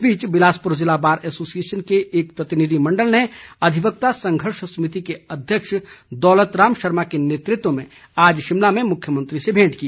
इस बीच बिलासपुर जिला बार एसोसिएशन के एक प्रतिनिधि मण्डल ने अधिवक्ता संघर्ष समिति के अध्यक्ष दौलत राम शर्मा के नेतृत्व में आज शिमला में मुख्यमंत्री से भेंट की